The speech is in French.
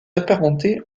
apparenté